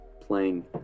playing